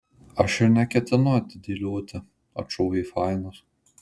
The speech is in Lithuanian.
aš ir neketinu atidėlioti atšovė fainas